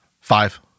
Five